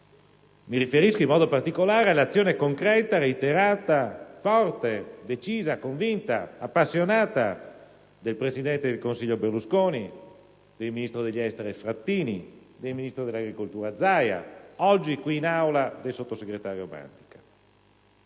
storia e, in modo particolare, all'azione concreta, reiterata, forte, decisa, convinta e appassionata del presidente del consiglio Berlusconi, del ministro degli affari esteri Frattini, del ministro dell'agricoltura Zaia, e oggi, in Aula, del sottosegretario Mantica.